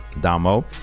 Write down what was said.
Damo